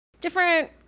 different